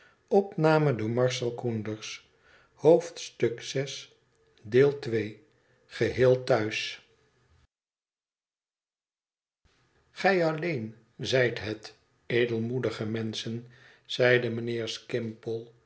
daarop zeide gij alleen zijt het edelmoedige menschen zeide mijnheer